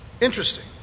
Interesting